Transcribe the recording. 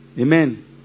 amen